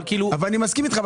אני מסכים אתך.